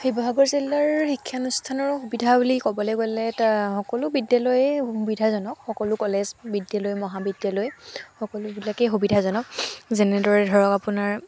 শিৱসাগৰ জিলাৰ শিক্ষানুষ্ঠানৰ সুবিধা বুলি ক'বলৈ গ'লে এটা সকলো বিদ্যালয়েই সুবিধাজনক সকলো কলেজ বিদ্যালয় মহাবিদ্যালয় সকলোবিলাকেই সুবিধাজনক যেনেদৰে ধৰক আপোনাৰ